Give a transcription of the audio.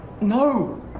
No